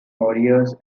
warriors